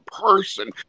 person